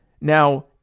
Now